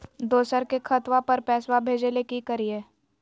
दोसर के खतवा पर पैसवा भेजे ले कि करिए?